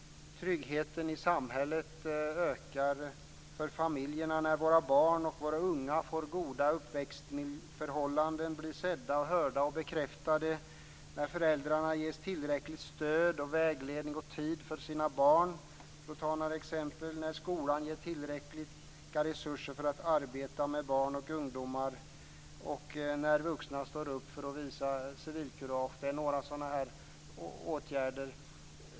Tryggheten i samhället ökar för familjerna när våra barn och våra unga får goda uppväxtförhållanden, blir sedda, hörda och bekräftade. Det sker också när föräldrarna ges tillräckligt stöd, vägledning och tid för sina barn, skolan får tillräckliga resurser för att arbeta med barn och ungdomar, för att ta några exempel, och vuxna står upp och visar civilkurage. Det är några sådana åtgärder som behövs.